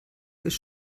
ist